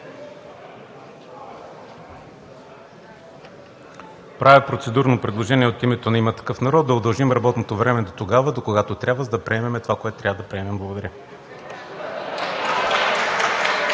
Правя процедурно предложение от името на „Има такъв народ“ да удължим работното време дотогава, докогато трябва, за да приемем това, което трябва да приемем. Благодаря.